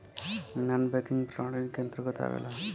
नानॅ banking प्रणाली के अंतर्गत आवेला